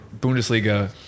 Bundesliga